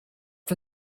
for